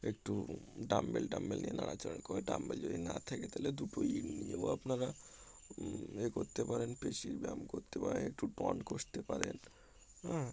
একটু ডাম্বেল টাম্বেল নিয়ে নাড়াচাড়া করেন ডাম্বেল যদি না থাকে তাহলে দুটো ইট নিয়েও আপনারা ইয়ে করতে পারেন পেশির ব্যায়াম করতে পারেন একটু ডন করতে পারেন হ্যাঁ